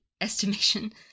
estimation